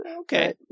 Okay